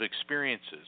experiences